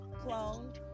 cloned